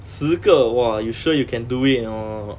十个 !wah! you sure you can do it or not